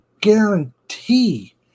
guarantee